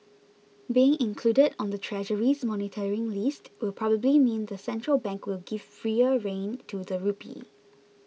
being included on the Treasury's monitoring list will probably mean the central bank will give freer rein to the rupee